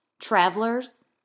travelers